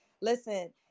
Listen